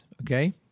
okay